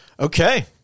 Okay